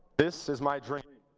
this is my dream.